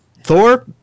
Thor